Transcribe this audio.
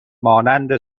مانند